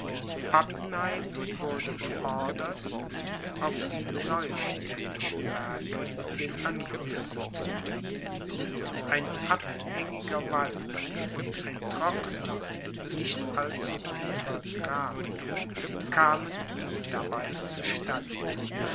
pappenheim wurde beordert auf die neustädtischen werke den angriff zu thun ein abhängiger wall und ein trockner nicht allzu tiefer graben kamen ihm dabei zu